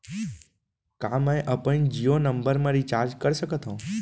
का मैं अपन जीयो नंबर म रिचार्ज कर सकथव?